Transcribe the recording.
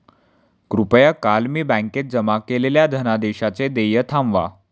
कृपया काल मी बँकेत जमा केलेल्या धनादेशाचे देय थांबवा